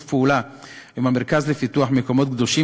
פעולה עם המרכז לפיתוח המקומות הקדושים,